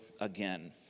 again